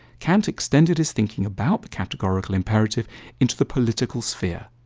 kant extended his thinking about the categorical imperative into the political sphere.